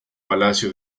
palacio